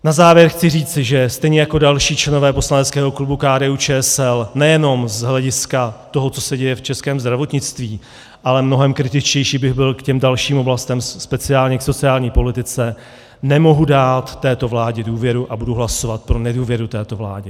Na závěr chci říci, že stejně jako další členové poslaneckého klubu KDUČSL nejenom z hlediska toho, co se děje v českém zdravotnictví, ale mnohem kritičtější bych byl k těm dalším oblastem, speciálně k sociální politice, nemohu dát této vládě důvěru a budu hlasovat pro nedůvěru této vládě.